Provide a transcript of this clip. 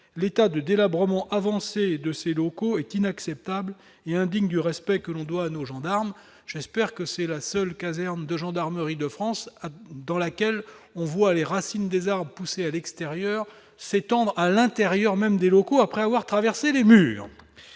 l'état de délabrement avancé de ses locaux est inacceptable et indigne du respect que l'on doit à nos gendarmes, j'espère que c'est la seule casernes de gendarmerie de France dans laquelle on voit les racines des arbres, poussé à l'extérieur s'tendre à l'intérieur même des locaux après avoir traversé les murs